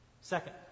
Second